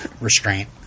restraint